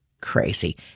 crazy